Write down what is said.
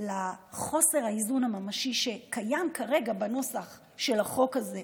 לחוסר האיזון הממשי שקיים כרגע בנוסח של החוק הזה,